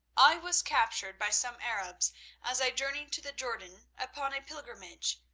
i was captured by some arabs as i journeyed to the jordan upon a pilgrimage,